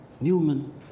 Newman